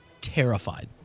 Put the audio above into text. terrified